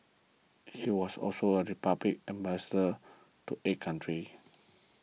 he was also the Republic's Ambassador to eight countries